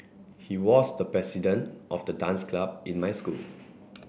he was the president of the dance club in my school